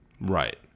right